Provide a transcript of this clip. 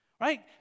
right